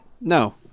No